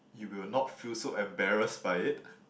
you will not feel so embarrassed by it